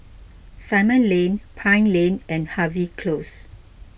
Simon Lane Pine Lane and Harvey Close